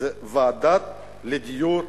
שזה ועדה לדיור לאומי.